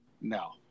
No